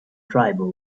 tribal